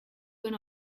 when